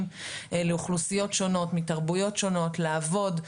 לאוכלוסיות שונות מתרבויות שונות לעבוד,